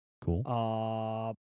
Cool